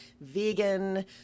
vegan